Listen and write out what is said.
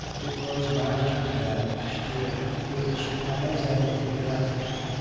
it was my turn now to stare with surprise and curiosity.